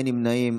אין נמנעים.